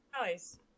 Nice